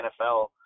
NFL